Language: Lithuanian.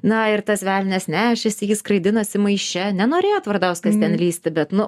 na ir tas velnias nešėsi jį skraidinasi maiše nenorėjo tvardauskas ten lįsti bet nu